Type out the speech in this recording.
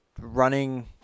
running